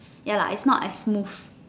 ya lah it's not as smooth